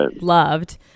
loved